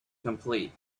complete